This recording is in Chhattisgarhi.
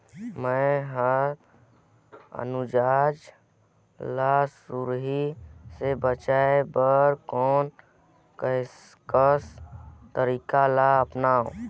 मैं ह अनाज ला सुरही से बचाये बर कोन कस तरीका ला अपनाव?